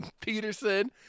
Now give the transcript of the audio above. Peterson